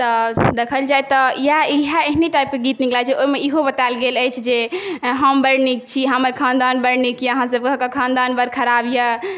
तऽ देखल जाए तऽ इयाह एहने टाइप केँ गीत नीक लागै छै ओहिमे इहो बताएल गेल अछि जे हम बड़ नीक छी हमर खानदान बड़ नीक यऽ अहाँ सभक खानदान बड़ खराब यऽ